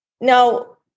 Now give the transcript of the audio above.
Now